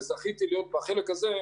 וזכיתי להיות בחלק הזה,